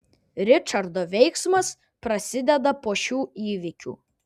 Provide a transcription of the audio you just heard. ričardo veiksmas prasideda po šių įvykių